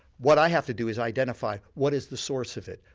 what i have to do is identify what is the source of it,